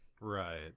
right